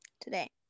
today